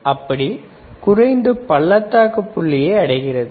அப்படி குறைந்து பள்ளத்தாக்குப் புள்ளியை அடைகிறது